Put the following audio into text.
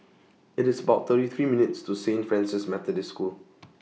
IT IS about thirty three minutes' to Saint Francis Methodist School